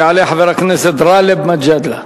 יעלה חבר הכנסת גאלב מג'אדלה,